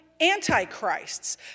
antichrists